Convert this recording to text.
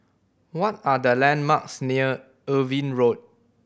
what are the landmarks near Irving Road